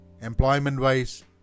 employment-wise